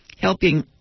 helping